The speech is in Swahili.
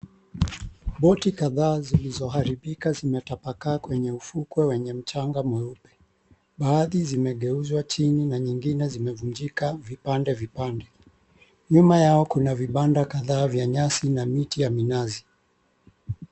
Boti kadhaa zilizoharibika zimetapakaa kwenye ufukwe wenye mchanga mweupe. 𝐵aadhi zimegeuzwa chini na nyingine zimevunjika vipande vipande. Nyuma yao kuna vibanda kadhaa vya nyasi na miti ya minazi.